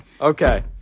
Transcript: Okay